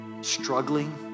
struggling